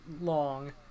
long